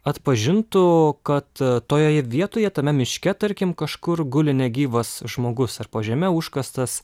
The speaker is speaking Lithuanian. atpažintų kad toje vietoje tame miške tarkim kažkur guli negyvas žmogus ar po žeme užkastas